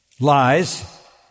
Lies